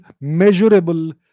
measurable